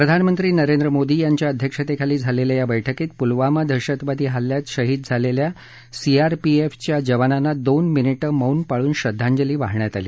प्रधानमंत्री नरेंद्र मोदी यांच्या अध्यक्षतेखाली झालेल्या या बैठकीत पुलवमा दहशतवादी हल्ल्यात शहीद झालेल्या सीआरपीएफच्या जवानांना दोन मिनिटं मौन पाळून श्रद्धांजली वाहण्यात आली